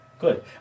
Good